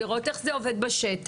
לראות איך זה עובד בשטח.